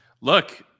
Look